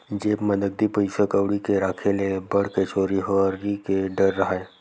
जेब म नकदी पइसा कउड़ी के राखे ले अब्बड़ के चोरी हारी के डर राहय